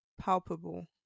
palpable